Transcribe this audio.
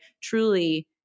truly